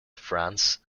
france